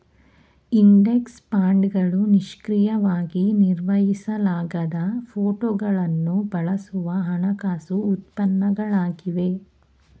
index ಫಂಡ್ಗಳು ನಿಷ್ಕ್ರಿಯವಾಗಿ ನಿರ್ವಹಿಸಲಾಗದ ಫೋಟೋಗಳನ್ನು ಬಳಸುವ ಹಣಕಾಸು ಉತ್ಪನ್ನಗಳಾಗಿವೆ